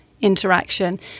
interaction